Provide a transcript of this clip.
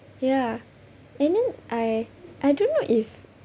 ya and then I I don't know if